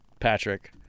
patrick